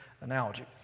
analogy